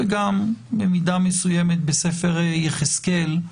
וגם במידה מסוימת בספר יחזקאל,